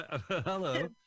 Hello